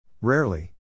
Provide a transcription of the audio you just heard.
Rarely